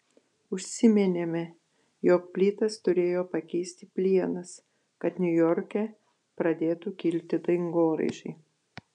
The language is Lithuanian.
užsiminėme jog plytas turėjo pakeisti plienas kad niujorke pradėtų kilti dangoraižiai